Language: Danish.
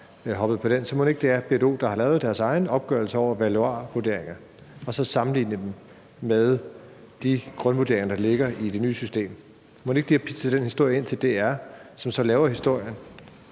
så mon ikke det er BDO, der har lavet deres egen opgørelse over valuarvurderingerne og så sammenlignet dem med de grundvurderinger, der ligger i det nye system? Mon ikke de har pitchet den historie ind til DR, som så har lavet historien